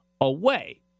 away